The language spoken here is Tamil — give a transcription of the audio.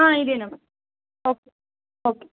ஆ இதே நம்பர் ஓகே ஓகே